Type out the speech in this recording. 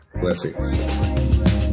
blessings